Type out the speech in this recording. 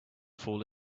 fall